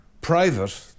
Private